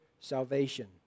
salvation